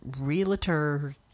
realtor